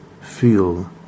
feel